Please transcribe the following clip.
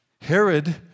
Herod